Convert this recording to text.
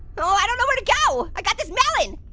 oh, i don't know where to go! i got this melon,